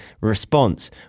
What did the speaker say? response